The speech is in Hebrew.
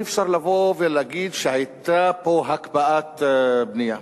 אי-אפשר לבוא ולהגיד שהיתה פה הקפאת בנייה.